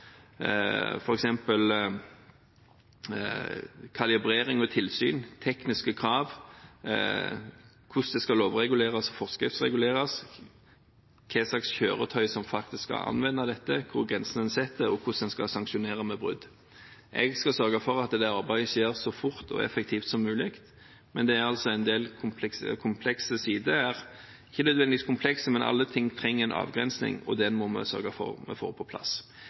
f.eks. kalibrering og tilsyn, tekniske krav, hvordan det skal lovreguleres og forskriftsreguleres, hva slags kjøretøy som faktisk skal anvende dette, hvor en skal sette grensen, og hvordan en skal sanksjonere ved brudd. Jeg skal sørge for at det arbeidet skjer så fort og effektivt som mulig, men det er altså en del komplekse sider her – ikke nødvendigvis komplekse, men alle ting trenger en avgrensning, og den må vi sørge for å få på plass.